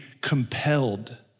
compelled